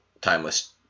timeless